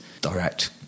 direct